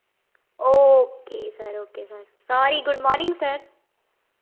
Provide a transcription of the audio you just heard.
okay sir okay sir sorry good morning sir